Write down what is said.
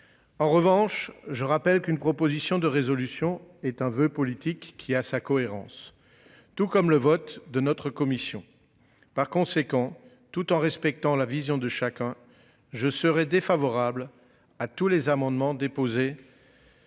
En revanche, je rappelle qu'une proposition de résolution est un voeu politique qui a sa cohérence, tout comme le vote de notre commission. Par conséquent, tout en respectant la vision de chacun je serai défavorable à tous les amendements déposés.